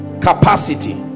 capacity